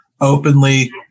openly